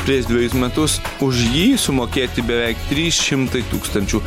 prieš dvejus metus už jį sumokėti beveik trys šimtai tūkstančių